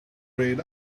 grayed